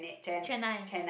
chennai